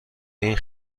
این